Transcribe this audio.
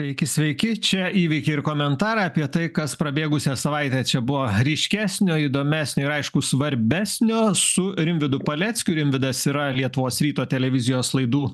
sveiki sveiki čia įvykiai ir komentarai apie tai kas prabėgusią savaitę čia buvo ryškesnio įdomesnio ir aišku svarbesnio su rimvydu paleckiu rimvydas yra lietuvos ryto televizijos laidų